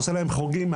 עושה להם חוגים,